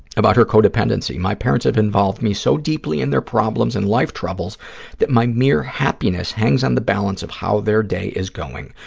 about her codependency, my parents have involved me so deeply in their problems and life troubles that my mere happiness hangs on the balance of how their day is going.